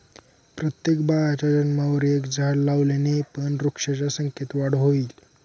प्रत्येक बाळाच्या जन्मावर एक झाड लावल्याने पण वृक्षांच्या संख्येत वाढ होईल